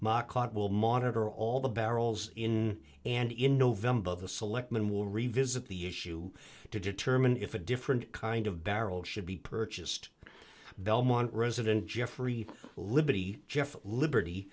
mach caught will monitor all the barrels in and in november of the selectmen will revisit the issue to determine if a different kind of barrel should be purchased belmont resident jeffrey liberty jeff liberty